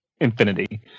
Infinity